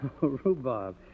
Rhubarb